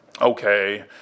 Okay